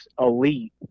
elite